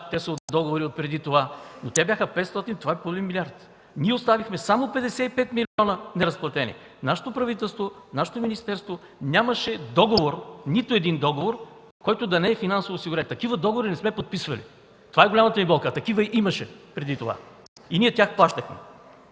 те са от договори отпреди това. Но те бяха 500 – това е половин милиард. Ние оставихме само 55 милиона неразплатени! Нашето правителство, нашето министерство нямаше нито един договор, който да не е финансово осигурен! Такива договори не сме подписвали – това е голямата Ви болка. Такива имаше преди това и ние тях плащахме!